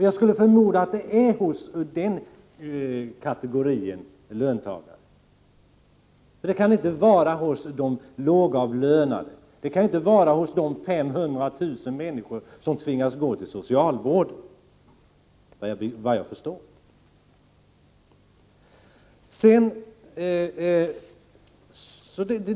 Jag skulle förmoda att det är hos den kategorin löntagare. Det kan inte vara hos de lågavlönade eller hos de 500 000 människor som tvingas gå till socialvården, efter vad jag förstår.